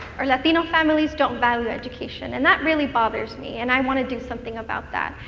or latino families don't value education. and that really bothers me, and i want to do something about that.